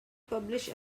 publish